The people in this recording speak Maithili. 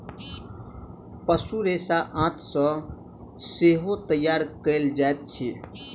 पशु रेशा आंत सॅ सेहो तैयार कयल जाइत अछि